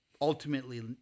ultimately